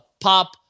pop